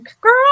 girl